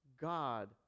God